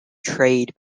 trade